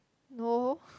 no